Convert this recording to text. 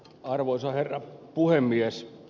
arvoisa herra puhemies